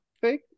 Fake